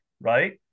Right